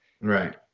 Right